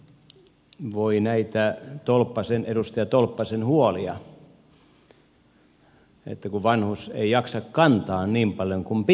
voi näitä edustaja tolppasen huolia että kun vanhus ei jaksa kantaa niin paljon kuin pitäisi kantaa